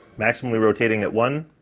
maximally rotating at one,